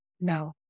No